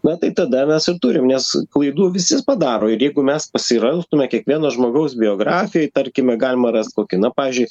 na tai tada mes ir turim nes klaidų visi padaro ir jeigu mes pasiraustume kiekvieno žmogaus biografijoj tarkime galima rast kokį na pavyzdžiui